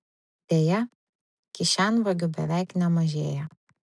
deja kišenvagių beveik nemažėja